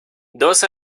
dos